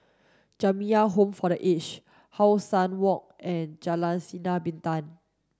Jamiyah Home for the Aged How Sun Walk and Jalan Sinar Bintang